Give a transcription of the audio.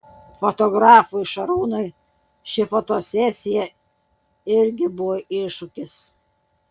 fotografui šarūnui ši fotosesija irgi buvo iššūkis